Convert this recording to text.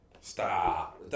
Stop